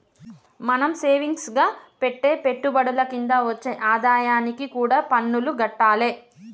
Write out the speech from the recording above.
మనం సేవింగ్స్ గా పెట్టే పెట్టుబడుల కింద వచ్చే ఆదాయానికి కూడా పన్నులు గట్టాలే